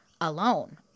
alone